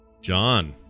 John